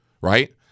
Right